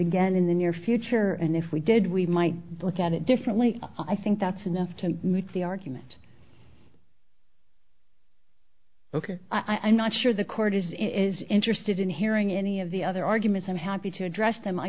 again in the near future and if we did we might look at it differently i think that's enough to make the argument ok i'm not sure the court is in is interested in hearing any of the other arguments i'm happy to address them i